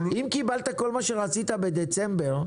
אם קיבלת כל מה שרצית בדצמבר,